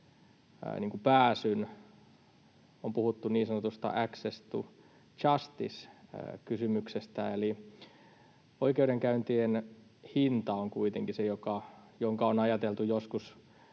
pääsyn. On puhuttu niin sanotusta access to justice -kysymyksestä, eli oikeudenkäyntien hinta on kuitenkin se, jonka on ajateltu joskus